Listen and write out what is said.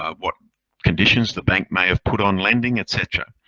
ah what conditions the bank may have put on lending, etc.